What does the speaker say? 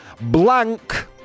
Blank